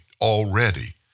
Already